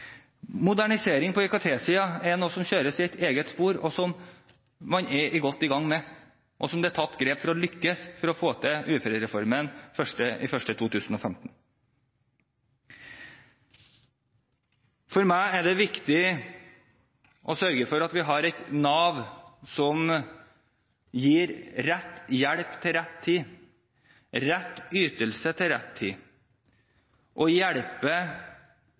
Modernisering på IKT-siden er noe som kjøres i et eget spor, som man er godt i gang med, og som det er tatt grep an for å lykkes med å få til uførereformen 1. januar 2015. For meg er det viktig å sørge for at vi har et Nav som gir rett hjelp til rett tid, rett ytelse til rett tid, og